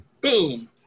Boom